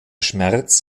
schmerz